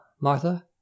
Martha